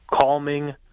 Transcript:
calming